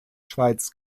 schweiz